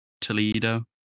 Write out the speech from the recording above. Toledo